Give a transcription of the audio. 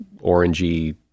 orangey